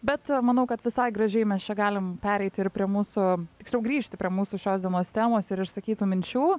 bet manau kad visai gražiai mes čia galim pereiti ir prie mūsų tiksliau grįžti prie mūsų šios dienos temos ir išsakytų minčių